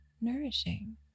nourishing